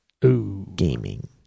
gaming